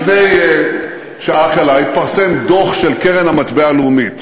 לפני שעה קלה התפרסם דוח של קרן המטבע הלאומית